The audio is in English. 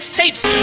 tapes